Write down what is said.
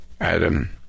Adam